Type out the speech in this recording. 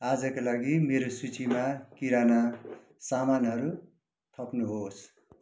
आजका लागि मेरो सूचीमा किराना सामानहरू थप्नुहोस्